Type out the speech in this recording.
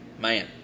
man